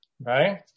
Right